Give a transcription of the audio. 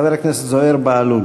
חבר הכנסת זוהיר בהלול.